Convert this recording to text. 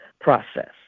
process